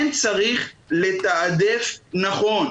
כן צריך לתעדף נכון,